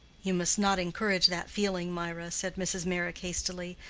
you must not encourage that feeling, mirah, said mrs. meyrick, hastily.